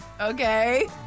okay